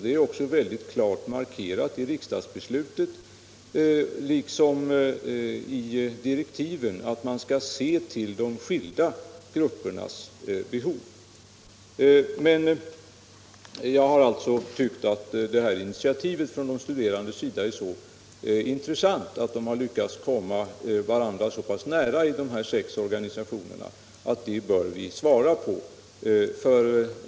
Det är också mycket klart markerat i riksdagsbeslutet liksom i direktiven att man skall se till de skilda gruppernas behov. Jag har alltså tyckt att det här initiativet från de studerandes sida —-att de har lyckats komma varandra så pass nära i dessa sex organisationer — är så intressant att vi bör svara på deras begäran.